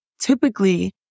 typically